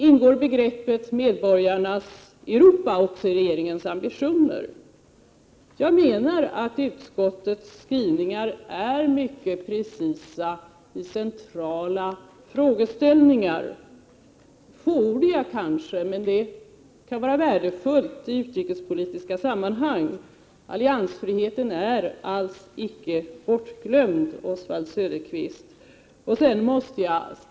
Ingår begreppet medborgarnas Europa också i regeringens ambitioner? Utskottets skrivningar är mycket precisa i centrala frågeställningar. De är kanske för fåordiga, men det kan vara värdefullt i utrikespolitiska sammanhang. Alliansfriheten är alls icke bortglömd, Oswald Söderqvist.